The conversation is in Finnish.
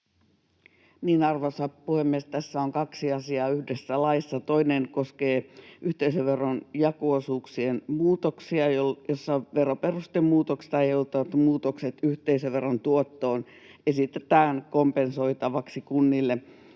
Arvoisa puhemies! Tässä on kaksi asiaa yhdessä laissa. Toinen koskee yhteisöveron jako-osuuksien muutoksia, joissa veroperustemuutoksista aiheutuvat muutokset yhteisöveron tuottoon esitetään kompensoitavaksi kunnille